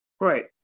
Right